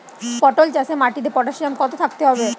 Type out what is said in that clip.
পটল চাষে মাটিতে পটাশিয়াম কত থাকতে হবে?